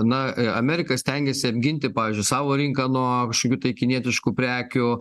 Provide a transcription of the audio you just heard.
na amerika stengiasi apginti pavyzdžiui savo rinką nuo kažokių tai kinietiškų prekių